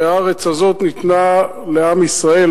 והארץ הזאת ניתנה לעם ישראל,